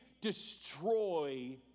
destroy